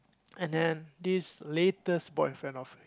and then this latest boyfriend of her